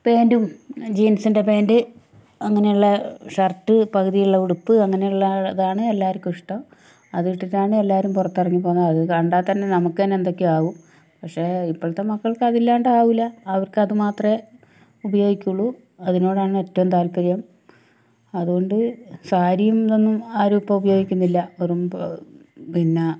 പേൻറ്റും ജീൻസിൻ്റെ പേൻറ് അങ്ങനെയുള്ള ഷർട്ട് പകുതിയുള്ള ഉടുപ്പ് അങ്ങനെയുള്ളതാണ് എല്ലാവർക്കും ഇഷ്ടം അതുമിട്ടിട്ടാണ് എല്ലാവരും പുറത്തിറങ്ങി പോകുന്നത് അതു കണ്ടാൽ തന്നെ നമുക്ക് തന്നെ എന്തൊക്കെയോ ആകും പക്ഷെ ഇപ്പോഴത്തെ മക്കൾക്ക് അതില്ലാണ്ട് ആവൂല്ല അവർക്കത് മാത്രമേ ഉപയോഗിക്കുള്ളു അതിനോടാണ് ഏറ്റവും താല്പര്യം അതുകൊണ്ട് സാരിയും ഇതൊന്നും ആരും ഇപ്പോൾ ഉപയോഗിക്കുന്നില്ല വെറും പിന്നെ